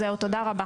תודה רבה.